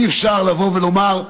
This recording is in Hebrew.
אי-אפשר לבוא ולומר: